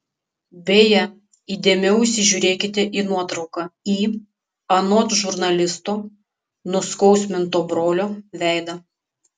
beje įdėmiau įsižiūrėkite į nuotrauką į anot žurnalisto nuskausminto brolio veidą